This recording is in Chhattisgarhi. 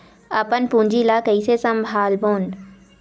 अपन पूंजी ला कइसे संभालबोन?